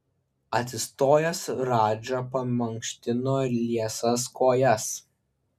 atsistojęs radža pamankštino liesas kojas